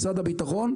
משרד הביטחון,